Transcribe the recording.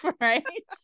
right